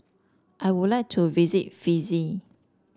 I would like to visit Fiji